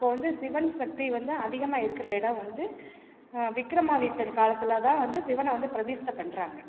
இப்போ வந்து சிவன் சக்தி வந்து அதிகமாக இருக்கிற இடம் வந்து விக்ரமாதித்தன் காலத்தில் தான் வந்து சிவனை வந்து பிரதிஷ்டைப் பண்றாங்க